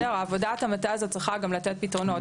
עבודת המטה הזו צריכה גם לתת פתרונות,